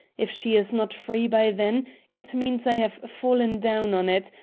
if she is not free by then it means i have fallen down on it,